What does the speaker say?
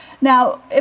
Now